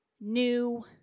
new